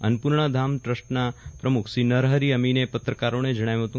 અન્નપૂર્ણા ધામ ટ્રસ્ટના પ્રમુખ શ્રી નરહરિ અમીને પત્રકારોને જણાવ્યું હતું